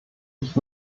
ich